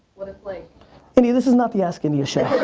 like india this is not the ask india show.